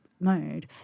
mode